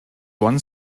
one